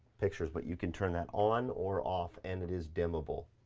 pictures. but you can turn that on or off and it is dim-able.